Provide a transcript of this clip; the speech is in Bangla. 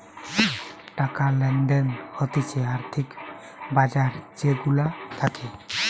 টাকা লেনদেন হতিছে আর্থিক বাজার যে গুলা থাকে